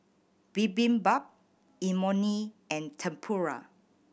Bibimbap Imoni and Tempura